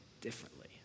differently